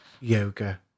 yoga